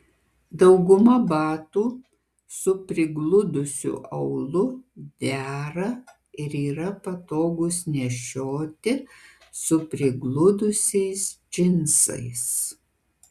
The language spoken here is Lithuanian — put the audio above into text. dauguma batų su prigludusiu aulu dera ir yra patogūs nešioti su prigludusiais džinsais